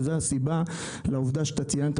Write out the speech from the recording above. זאת הסיבה לעובדה שאתה ציינת,